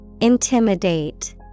Intimidate